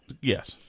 Yes